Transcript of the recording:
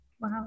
Wow